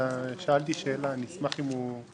שאלתי שאלה, אני אשמח אם הוא יגיב.